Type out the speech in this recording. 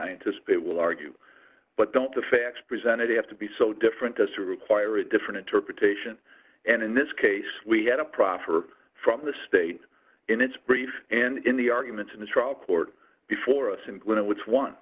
i anticipate will argue but don't the facts presented have to be so different as to require a different interpretation and in this case we had a proper from the state in its brief and in the arguments in the trial court before us and when it was one